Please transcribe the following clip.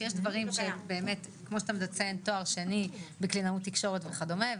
שיש דברים כמו שאתה מציין על תואר שני בקלינאות תקשורת וכדומה.